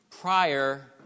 prior